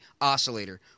oscillator